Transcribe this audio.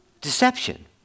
Deception